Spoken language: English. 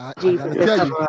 Jesus